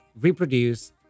reproduce